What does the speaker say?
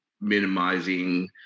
minimizing